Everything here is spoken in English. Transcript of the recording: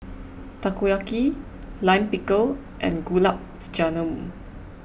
Takoyaki Lime Pickle and Gulab Jamun